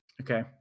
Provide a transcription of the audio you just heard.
Okay